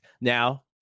Now